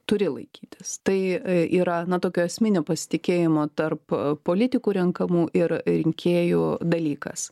turi laikytis tai yra na tokio esminio pasitikėjimo tarp politikų renkamų ir rinkėjų dalykas